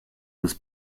was